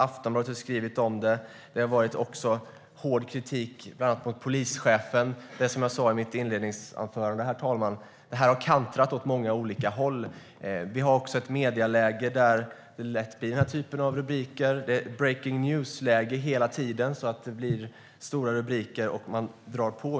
Aftonbladet har också skrivit om det, och det har varit hård kritik bland annat mot polischefen. Som jag sa i mitt inledningsanförande, herr talman, har det här lutat åt många olika håll. Vi har också ett medieläge där det lätt blir den här typen av rubriker. Det är breaking-news-läge hela tiden, så det blir stora rubriker och man drar på.